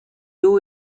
you